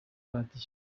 radio